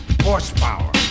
horsepower